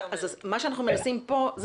מה שאנחנו מנסים פה,